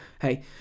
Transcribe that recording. hey